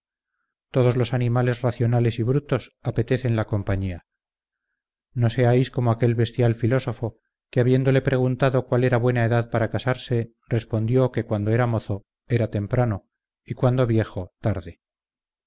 todos los animales racionales y brutos apetecen la compañía no seáis como aquel bestial filósofo que habiéndole preguntado cuál era buena edad para casarse respondió que cuando era mozo era temprano y cuando viejo tarde